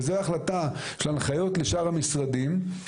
וזאת החלטה של הנחיות לשאר המשרדים,